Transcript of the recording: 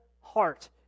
heart